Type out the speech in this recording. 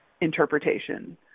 interpretation